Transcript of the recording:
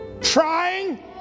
trying